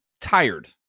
tired